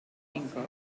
inkopen